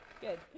Good